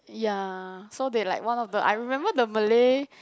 ya so they like one of the I remember the Malay